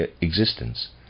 existence